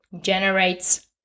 generates